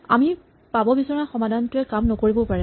আমি পাব বিচৰা সমাধানটোৱে কাম নকৰিবও পাৰে